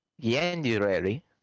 January